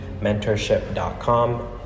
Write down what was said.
mentorship.com